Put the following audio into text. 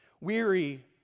Weary